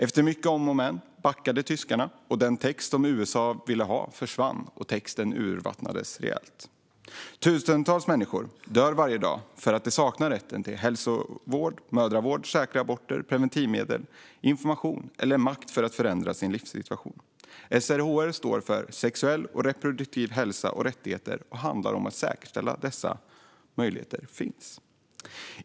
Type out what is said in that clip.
Efter många om och men backade tyskarna. Den text som USA inte ville ha försvann, och texten urvattnades rejält. Tusentals människor dör varje dag för att de saknar rätt till hälsovård, mödravård, säkra aborter, preventivmedel, information eller makt att förändra sin livssituation. SRHR står för sexuell och reproduktiv hälsa och rättigheter och handlar om att säkerställa att dessa möjligheter finns.